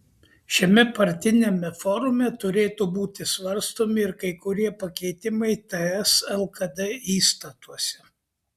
šiame partiniame forume turėtų būti svarstomi ir kai kurie pakeitimai ts lkd įstatuose